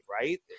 right